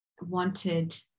wanted